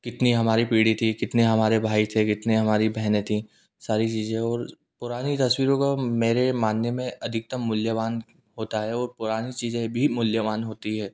कितनी हमारी पीढ़ी थी कितने हमारे भाई थे कितनी हमारी बहनें थीं सारी चीज़े और पुरानी तस्वीरों का मेरे मानने में अधिकतम मूल्यवान होता है और पुरानी चीज़े भी मूल्यवान होती है